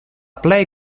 plej